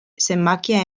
zenbakia